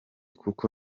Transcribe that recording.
kuko